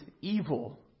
evil